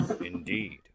Indeed